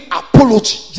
apology